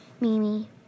Mimi